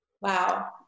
Wow